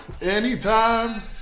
Anytime